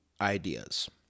Ideas